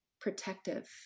protective